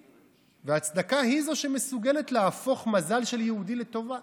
וצדקה היא שמסוגלת להפוך מזל של יהודי לטובה.